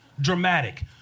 dramatic